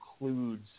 includes